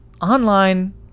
online